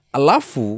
alafu